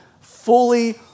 fully